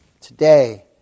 today